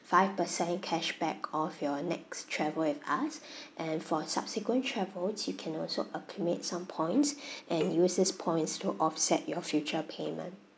five percent cashback of your next travel with us and for subsequent travels you can also accumulate some points and use these points to offset your future payment